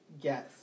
Yes